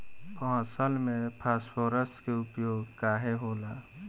फसल में फास्फोरस के उपयोग काहे होला?